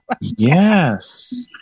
Yes